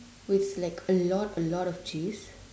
with like a lot a lot of cheese